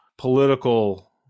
political